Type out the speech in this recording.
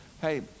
hey